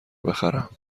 بخرم